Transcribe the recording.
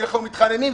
אנחנו מתחננים,